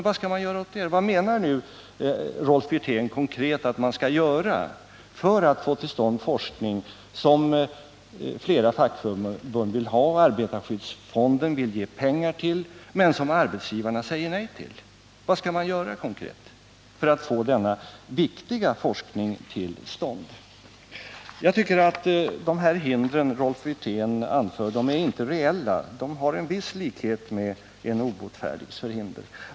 Vad menar nu Rolf Wirtén konkret att man skall göra för att få till stånd den forskning flera fackförbund vill ha och som arbetarskyddsfonden vill ge pengar till men som arbetsgivarna säger nej till. Vad skall man göra för att få denna viktiga forskning till stånd? Jag tycker inte att de hinder Rolf Wirtén anför är reella. De har en viss likhet med en obotfärdigs förhinder.